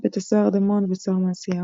בית הסוהר דמון ובית סוהר מעשיהו.